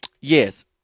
Yes